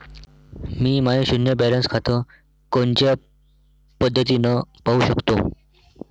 मी my शुन्य balance खातं कोनच्या पद्धतीनं पाहू शकतो?